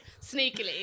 sneakily